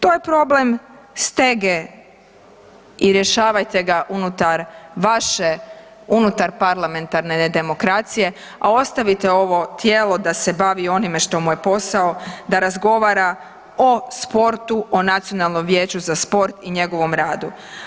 To je problem stege i rješavajte ga unutar vaše unutar parlamentarne nedemokracije a ostavite ovo tijelo da se bavi onime što mu je posao, da razgovara o sportu, o Nacionalnom vijeću za sport i njegovom radu.